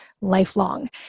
lifelong